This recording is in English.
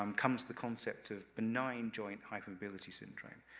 um comes the concept of benign joint hypermobility syndrome,